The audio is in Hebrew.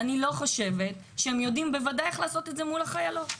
אני לא חושבת שהם יודעים בוודאי איך לעשות את זה מול החיילות.